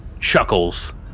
chuckles